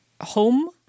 home